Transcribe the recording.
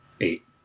Eight